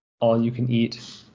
all-you-can-eat